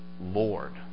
Lord